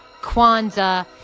Kwanzaa